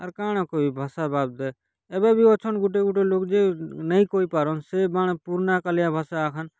ଆର୍ କାଣା କହିବି ଭାଷା ବାବଦରେ ଏବେ ବି ଅଛନ୍ ଗୋଟେ ଗୋଟେ ଲୋକ୍ ଯେ ନେଇ କହିଁ ପାରନ୍ ସେ ବାଣ ପୁର୍ନା କାଲିଆ ଭାଷା ଆଖାନ୍